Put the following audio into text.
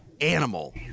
animal